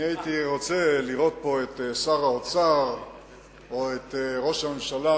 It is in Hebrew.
אני הייתי רוצה לראות פה את שר האוצר או את ראש הממשלה,